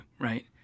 right